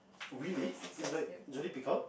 really is like J D Peacock